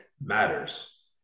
matters